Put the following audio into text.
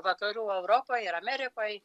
vakarų europoj ir amerikoj